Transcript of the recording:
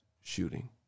shooting